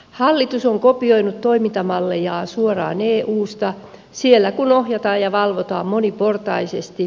hallitus on kopioinut toimintamallejaan suoraan eusta siellä kun ohjataan ja valvotaan moniportaisesti